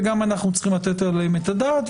וגם אנחנו צריכים לתת עליהם את הדעת,